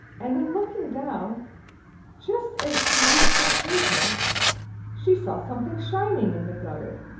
and in looking down just as she reached the pavement she saw something shining in the gutter.